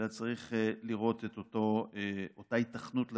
אלא צריך לראות את אותה היתכנות להסדרה.